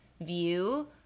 view